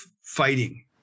fighting